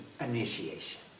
initiation